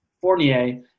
Fournier